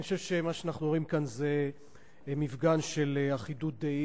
אני חושב שמה שאנחנו רואים כאן זה מפגן של אחידות דעים,